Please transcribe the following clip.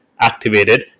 activated